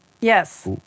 Yes